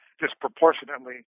disproportionately